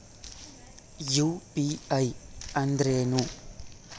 UPI ಅಂದ್ರೇನು?